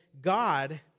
God